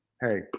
hey